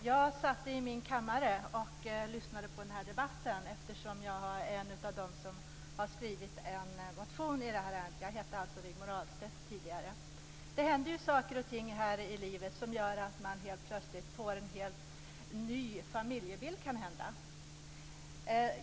Jag satt i min kammare och lyssnade på den här debatten eftersom jag är en av dem som skrivit en motion i det här ärendet. Jag hette alltså Det händer ju saker och ting här i livet som gör att man helt plötsligt kanhända får en helt ny familjebild.